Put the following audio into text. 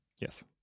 yes